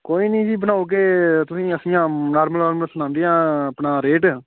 कोई नि जी बनाऊ गे तुसें गी अस न नार्मल नार्मल सनाने आं अपना रेट